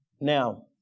Now